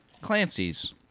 Clancy's